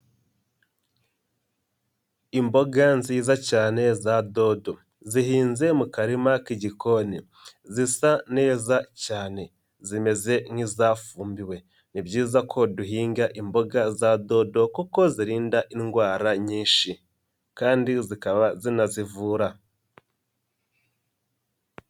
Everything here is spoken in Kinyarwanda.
Imboga nziza cyane za dodo, zihinze mu karima k'igikoni, zisa neza cyane zimeze nk'izafumbiwe, ni byiza ko duhinga imboga za dodo kuko zirinda indwara nyinshi kandi zikaba zinanazivura.